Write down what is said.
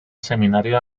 seminario